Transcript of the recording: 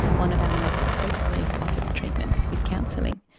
one of our most frequently offered treatments is counselling.